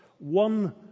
One